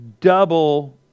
double